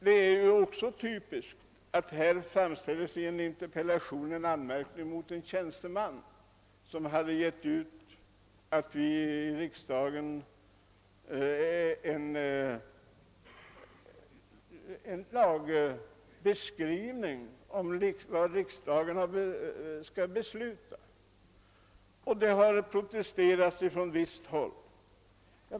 Det är också typiskt att det i en interpellation framställts en anmärkning mot en tjänsteman som redogjort för vad riksdagen bör besluta, varvid det protesterats från visst håll.